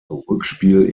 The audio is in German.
rückspiel